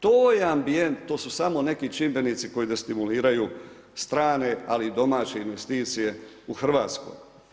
To je ambijent, to su samo neki čimbenici koji destimuliraju strane ali i domaće investicije u Hrvatskoj.